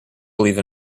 believe